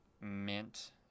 mint